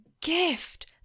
gift